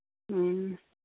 ᱦᱮᱸ